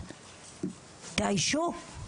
תאיישו.